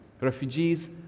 refugees